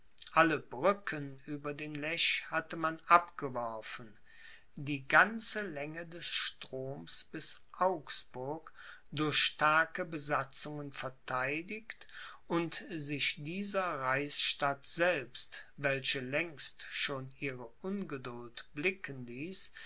alle brücken über den lech hatte man abgeworfen die ganze länge des stroms bis augsburg durch starke besatzungen vertheidigt und sich dieser reichsstadt selbst welche längst schon ihre ungeduld blicken ließ